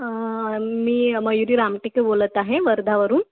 मी मयुरी रामटिके बोलत आहे वर्ध्यावरून